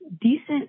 decent